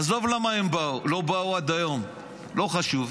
עזוב למה הם לא באו עד היום, לא חשוב,